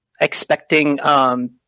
expecting